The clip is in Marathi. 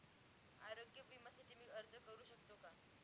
आरोग्य विम्यासाठी मी अर्ज करु शकतो का?